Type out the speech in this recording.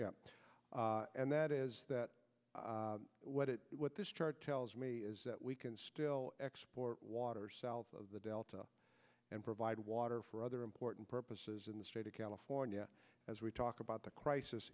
and that is that what it what this chart tells me is that we can still export water south of the delta and provide water for other important purposes in the state of california as we talk about the crisis